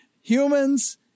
Humans